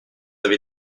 avez